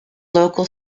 local